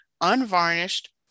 unvarnished